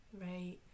Right